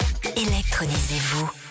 Électronisez-vous